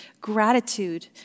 gratitude